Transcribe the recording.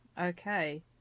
Okay